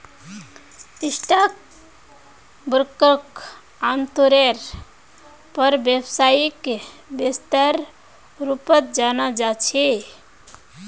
stock ब्रोकरक आमतौरेर पर व्यवसायिक व्यक्तिर रूपत जाना जा छे